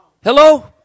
Hello